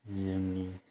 जोंनि